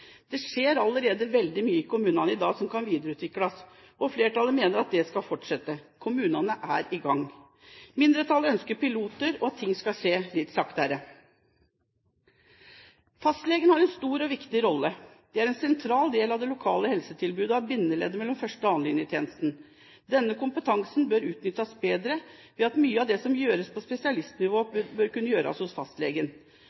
Det skjer allerede veldig mye i kommunene i dag som kan videreutvikles, og flertallet mener at det skal fortsette. Kommunene er i gang. Mindretallet ønsker piloter og at ting skal skje litt saktere. Fastlegen har en stor og viktig rolle. Vedkommende er en sentral del av det lokale helsetilbudet og er bindeleddet mellom første- og annenlinjetjenesten. Denne kompetansen bør utnyttes bedre ved at mye av det som gjøres på spesialistnivå,